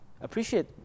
appreciate